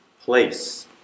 place